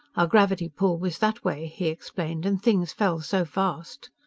our gravity pull was that way, he explained and things fell so fast.